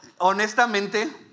honestamente